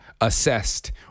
assessed